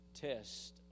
test